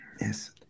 yes